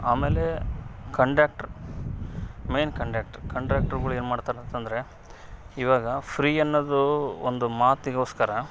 ಆಮೇಲೆ conductor main conductor ಕಂಡೆಕ್ಟರ್ಗಳು ಏನು ಮಾಡ್ತಾರೆ ಅಂತ ಅಂದ್ರೆ ಇವಾಗ ಫ್ರೀ ಅನ್ನೋದು ಒಂದು ಮಾತಿಗೋಸ್ಕರ